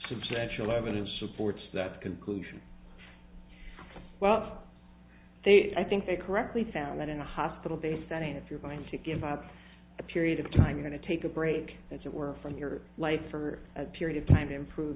substantial evidence supports that conclusion well they i think they correctly found that in the hospital they said if you're going to give up a period of time going to take a break as it were from your life for a period of time to improve